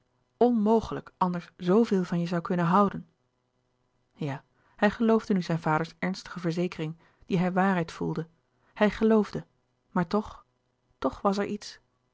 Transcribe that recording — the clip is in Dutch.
mogelijk anders zooveel van je zoû kunnen houden ja hij geloofde nu zijn vaders ernstige verzekering die hij waarheid voelde hij geloofde maar toch toch was er iets